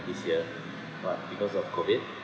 this year but because COVID